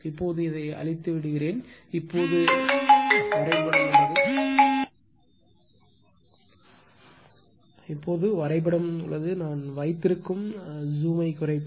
இப்போது இதை அழித்து விடுகிறேன் இப்போது வரைபடம் உள்ளது நான் வைத்திருக்கும் ஜூமை குறைப்பேன்